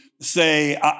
say